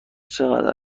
چقدر